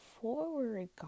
forward